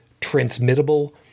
transmittable